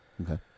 Okay